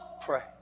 pray